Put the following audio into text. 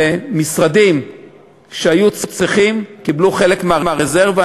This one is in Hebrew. ומשרדים שהיו צריכים קיבלו חלק מהרזרבה.